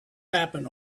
happen